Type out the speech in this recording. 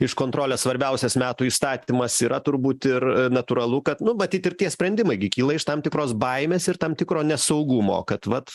iš kontrolės svarbiausias metų įstatymas yra turbūt ir natūralu kad nu matyt ir tie sprendimai gi kyla iš tam tikros baimės ir tam tikro nesaugumo kad vat